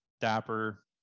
Dapper